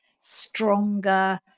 stronger